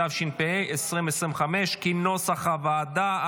התשפ"ה 2025, כנוסח הוועדה.